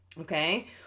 Okay